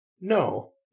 No